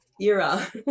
era